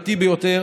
חלילה,